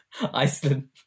Iceland